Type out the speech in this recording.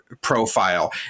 profile